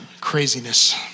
Craziness